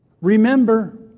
Remember